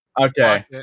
okay